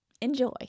Enjoy